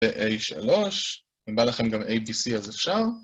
ב-a3 אם בא לכם גם a,b,c אז אפשר